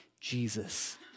Jesus